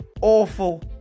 awful